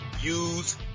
use